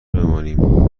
بمانیم